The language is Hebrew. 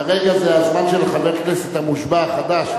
כרגע זה הזמן של חבר הכנסת המושבע החדש.